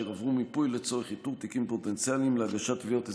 ועברו מיפוי לצורך איתור תיקים פוטנציאליים להגשת תביעות אזרחיות.